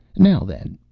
now then,